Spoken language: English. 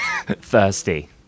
thirsty